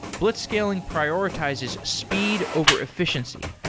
blitzscaling prioritizes speed over efficiency,